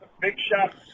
big-shot